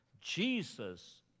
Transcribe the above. Jesus